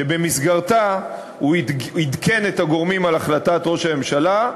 שבמסגרתה הוא עדכן את הגורמים על החלטת ראש הממשלה,